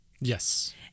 Yes